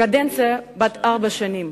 קדנציה בת ארבע שנים.